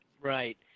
Right